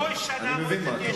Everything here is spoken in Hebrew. אני מבין מה אתה אומר.